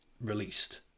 released